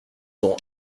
ont